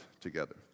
together